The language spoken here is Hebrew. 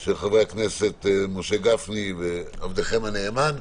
של חבר הכנסת משה גפני ועבדכם הנאמן,